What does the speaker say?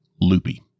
Loopy